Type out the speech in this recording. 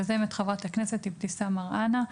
ביוזמת חברת הכנסת אבתיסאם מראענה,